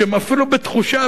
שהם אפילו בתחושה,